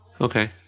Okay